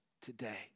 today